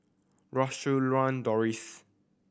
Siew Doris